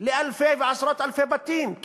לאלפי ועשרות אלפי בתים.